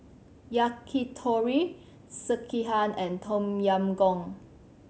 Yakitori Sekihan and Tom Yam Goong